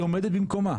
היא עומדת במקומה.